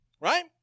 Right